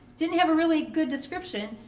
didn't have a really good description,